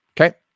Okay